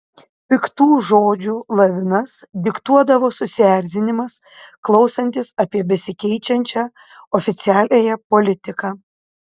piktų žodžių lavinas diktuodavo susierzinimas klausantis apie besikeičiančią oficialiąją politiką